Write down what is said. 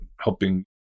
helping